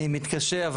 אני מתקשה.